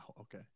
Okay